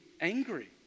angry